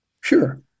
Sure